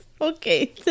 Okay